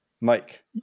Mike